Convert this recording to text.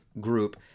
group